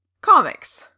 comics